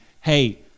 hey